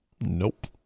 nope